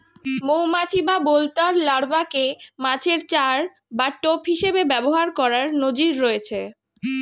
মৌমাছি বা বোলতার লার্ভাকে মাছের চার বা টোপ হিসেবে ব্যবহার করার নজির রয়েছে